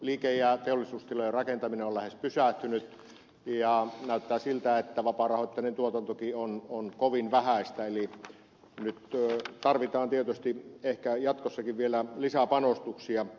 liike ja teollisuustilojen rakentaminen on lähes pysähtynyt ja näyttää siltä että vapaarahoitteinen tuotantokin on kovin vähäistä eli nyt tarvitaan ehkä jatkossakin vielä lisäpanostuksia